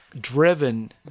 driven